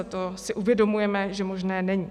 To si uvědomujeme, že možné není.